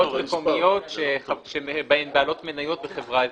מקומיות שהן בעלות מניות בחברה אזורית.